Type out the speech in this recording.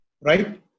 right